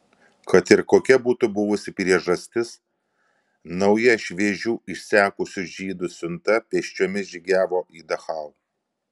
kad ir kokia būtų buvusi priežastis nauja šviežių išsekusių žydų siunta pėsčiomis žygiavo į dachau